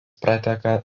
prateka